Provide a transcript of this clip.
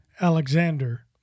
Alexander